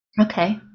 okay